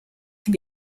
can